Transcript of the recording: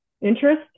interest